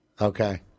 Okay